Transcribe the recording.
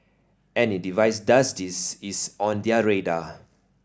any device does this is on their radar